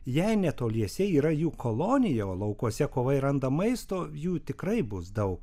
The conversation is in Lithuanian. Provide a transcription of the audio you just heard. jei netoliese yra jų kolonija o laukuose kovai randa maisto jų tikrai bus daug